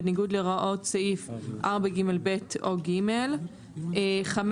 בניגוד להוראות סעיף 4ג(ב) או (ג); 5.בעסקת